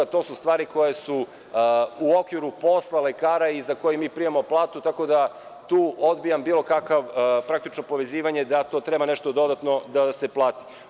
To su stvari koje su u okviru posla lekara i za koje mi primamo platu, tako da tu odbijam bilo kakvo povezivanje da to treba nešto dodatno da se plati.